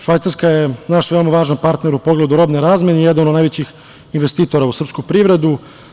Švajcarska je naš veoma važan partner u pogledu robne razmene i jedan od najvećih investitora u srpsku privredu.